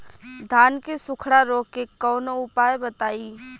धान के सुखड़ा रोग के कौनोउपाय बताई?